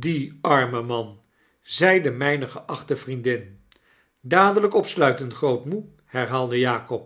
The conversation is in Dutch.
die arme man i zeide mpe geachte vriendin dadelyk opsluiten grootmoe herhaalde jakob